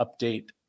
update